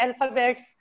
alphabets